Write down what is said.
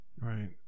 Right